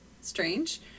strange